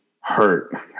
hurt